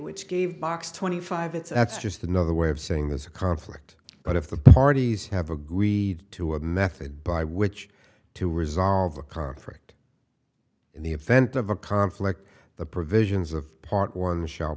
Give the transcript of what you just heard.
which gave box twenty five it's abstract another way of saying there's a conflict but if the parties have agreed to a method by which to resolve the conflict in the event of a conflict the provisions of part one sh